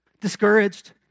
Discouraged